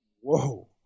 Whoa